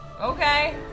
okay